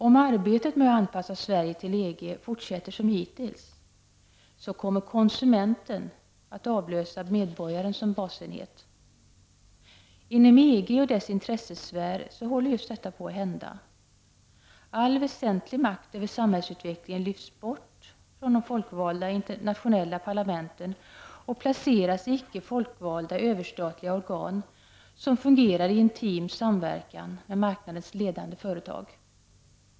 Om arbetet med att anpassa Sverige till EG fortsätter som hittills kommer konsumenten att avlösa medborgaren som basenhet. Inom EG och dess intressesfär håller just detta på att hända. All väsentlig makt över samhällsutvecklingen lyfts bort från de folkvalda, nationella parlamenten och placeras i icke folkvalda, överstatliga organ, som fungerar i intim samverkan med marknadens ledande företag.